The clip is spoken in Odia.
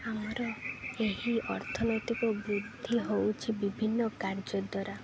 ଆମର ଏହି ଅର୍ଥନୈତିକ ବୃଦ୍ଧି ହେଉଛି ବିଭିନ୍ନ କାର୍ଯ୍ୟ ଦ୍ୱାରା